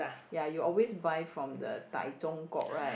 ya you always buy from the right